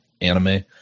anime